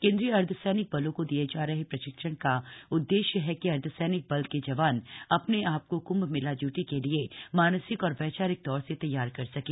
केंद्रीय अर्धसैनिक बलों को दिए जा रहे प्रशिक्षण का उद्देश्य है कि अर्ध सैनिक बल के जवान अपने आपको क्म्भ मेला इयूटी के लिए मानसिक और वैचारिक तौर से तैयार कर सकें